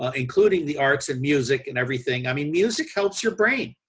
ah including the arts and music, and everything. i mean music helps your brain.